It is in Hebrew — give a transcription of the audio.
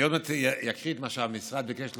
אני עוד מעט אקריא את מה שהמשרד ביקש למסור.